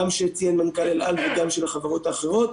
גם את זה שהציע מנכ"ל אל על ושל החברות האחרות.